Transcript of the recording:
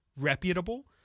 reputable